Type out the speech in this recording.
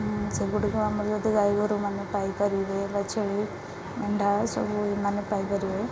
ସେଗୁଡ଼ିକ ଆମର ଯଦି ଗାଈଗୋରୁମାନେ ପାଇପାରିବେ ବା ଛେଳି ମେଣ୍ଢା ସବୁ ଏମାନେ ପାଇପାରିବେ